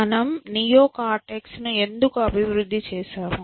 మనము నియోకార్టెక్స్ను ఎందుకు అభివృద్ధి చేసాము